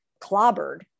clobbered